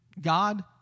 God